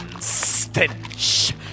stench